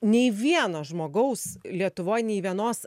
nei vieno žmogaus lietuvoj nei vienos